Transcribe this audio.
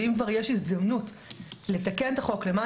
ואם כבר יש הזדמנות לתקן את החוק למען